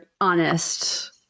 honest